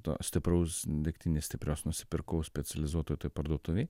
to stipraus degtinės stiprios nusipirkau specializuotoj toj parduotuvėj